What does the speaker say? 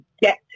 get